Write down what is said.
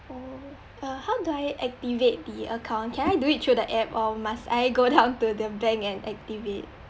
oh uh how do I activate the account can I do it through the app or must I go down to the bank and activate